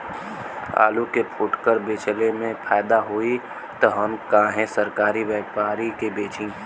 आलू के फूटकर बेंचले मे फैदा होई त हम काहे सरकारी व्यपरी के बेंचि?